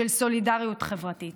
של סולידריות חברתית.